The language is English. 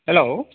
hello